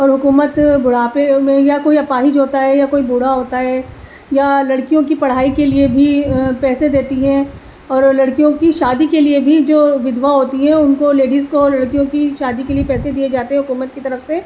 اور حکومت بوڑھاپے میں یا کوئی اپاہج ہوتا ہے یا کوئی بوڑھا ہوتا ہے یا لڑکیوں کی پڑھائی کے لیے بھی پیسے دیتی ہے اور لڑکیوں کی شادی کے لیے بھی جو ودھوا ہوتی ہیں ان کو لیڈیز کو لڑکیوں کی شادی کے لیے پیسے دیے جاتے ہیں حکومت کی طرف سے